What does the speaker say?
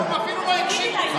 לא הקשבת.